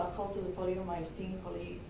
call to the podium my esteemed colleague,